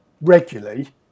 regularly